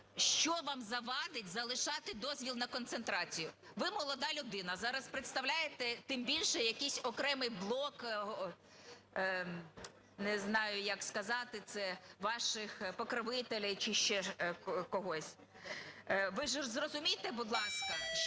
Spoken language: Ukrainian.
Що вам завадить залишати дозвіл на концентрацію? Ви молода людина, зараз представляєте, тим більше, якийсь окремий блок, не знаю, як сказати це, ваших покровителів, чи ще когось. Ви ж зрозумійте, будь ласка, що